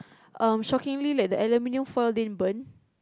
um shockingly like the aluminium foil didn't burn